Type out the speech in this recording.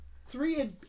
three